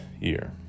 year